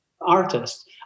artists